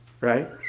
right